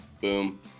boom